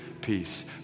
peace